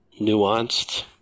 nuanced